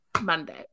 Monday